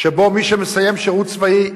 שבה מי שמסיים שירות צבאי,